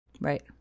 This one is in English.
Right